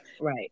right